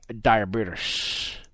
diabetes